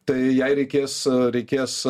tai jai reikės reikės